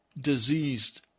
diseased